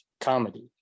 comedy